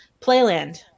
Playland